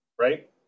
right